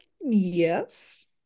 Yes